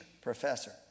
professor